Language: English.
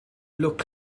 look